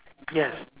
yes